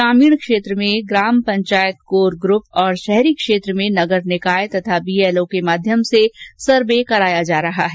ग्रामीण क्षेत्र में ग्राम पंचायत कोर ग्रप तथा शहरी क्षेत्र में नगरीय निकाय तथा बीएलओ के माध्यम से सर्वे कराया जा रहा है